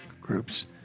groups